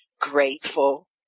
grateful